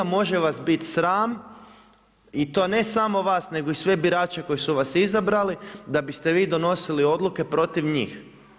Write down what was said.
Može vas biti sram i to ne samo vas, nego i sve birače koji su vas izabrali da biste vi donosili odluke protiv njih.